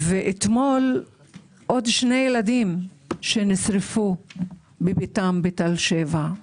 ואתמול עוד שני ילדים שנשרפו בביתם בתל שבע.